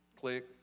click